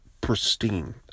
pristine